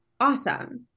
Awesome